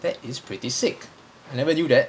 that is pretty sick I never knew that